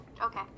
Okay